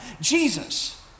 Jesus